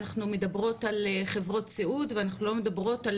אנחנו מדברות על חברות סיעוד ואנחנו לא מדברות על